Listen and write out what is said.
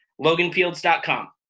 LoganFields.com